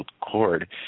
cord